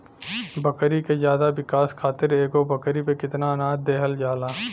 बकरी के ज्यादा विकास खातिर एगो बकरी पे कितना अनाज देहल जाला?